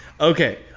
Okay